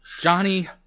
johnny